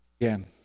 again